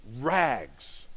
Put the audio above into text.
rags